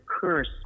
curse